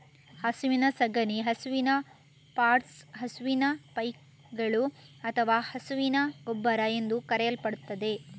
ಹಸುವಿನ ಸಗಣಿ ಹಸುವಿನ ಪಾಟ್ಸ್, ಹಸುವಿನ ಪೈಗಳು ಅಥವಾ ಹಸುವಿನ ಗೊಬ್ಬರ ಎಂದೂ ಕರೆಯಲ್ಪಡುತ್ತದೆ